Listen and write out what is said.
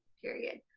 period,